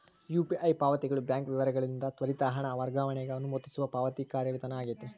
UPI ಪಾವತಿಗಳು bank ವಿವರಗಳಿಲ್ಲದ ತ್ವರಿತ ಹಣ ವರ್ಗಾವಣೆಗ ಅನುಮತಿಸುವ ಪಾವತಿ ಕಾರ್ಯವಿಧಾನ ಆಗೆತಿ